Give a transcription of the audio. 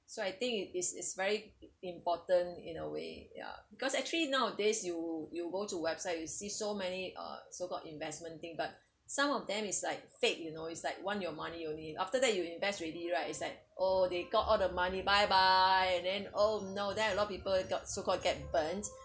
so I think it is is very important in a way ya because actually nowadays you you go to website you see so many uh so called investment thing but some of them is like fake you know it's like want your money only after that you invest already right it's like oh they got all the money bye bye and then oh no then a lot of people got so called get burned